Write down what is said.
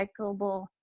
recyclable